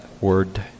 word